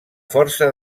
força